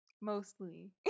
mostly